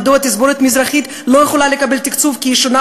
מדוע תזמורת מזרחית לא יכולה לקבל תקצוב כי היא שונה